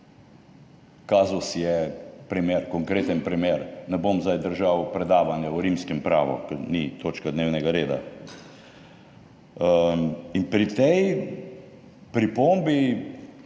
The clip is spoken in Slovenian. Kazus je primer, konkreten primer. Ne bom zdaj imel predavanja o rimskem pravu, ker ni točka dnevnega reda. Pri tej pripombi,